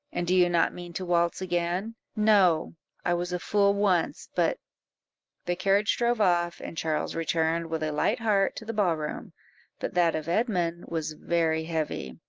and do you not mean to waltz again? no i was a fool once, but the carriage drove off, and charles returned with a light heart to the ball-room but that of edmund was very heavy,